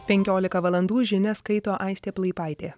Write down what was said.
penkiolika valandų žinias skaito aistė plaipaitė